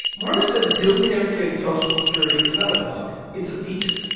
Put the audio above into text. marmor says billionaires getting social security is not a bug. it's a feature.